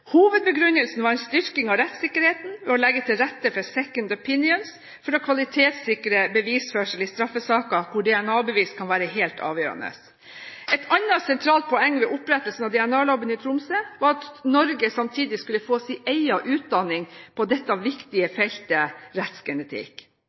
Hovedbegrunnelsen var en styrking av rettssikkerheten ved å legge til rette for en «second opinion» for å kvalitetssikre bevisførselen i straffesaker hvor DNA-bevis kan være helt avgjørende. Et annet sentralt poeng ved opprettelsen av DNA-laboratoriet i Tromsø var at Norge samtidig skulle få sin egen utdanning på det viktige